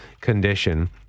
condition